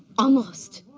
almost.